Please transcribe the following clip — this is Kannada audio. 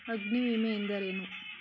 ಅಗ್ನಿವಿಮೆ ಎಂದರೇನು?